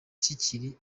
kikiri